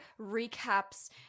recaps